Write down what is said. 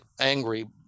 angry